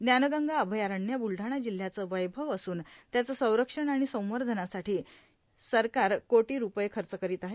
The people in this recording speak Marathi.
ज्ञानगंगा अभयारण्य ब्लढाणा जिल्ह्याचं वैभव असून त्याचं संरक्षण आणि संवधनासाठी शासन कोटी रुपये खच करीत आहे